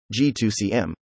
G2CM